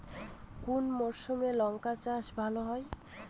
কোন মরশুমে লঙ্কা চাষ ভালো হয়?